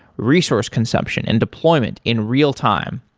resource consumption and deployment in real-time.